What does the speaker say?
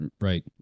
Right